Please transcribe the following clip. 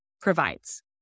provides